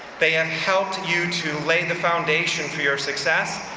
they have helped you to lay the foundation for your success,